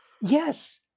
Yes